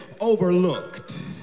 overlooked